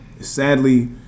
sadly